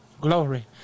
Glory